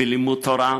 בלימוד תורה,